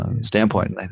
standpoint